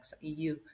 EU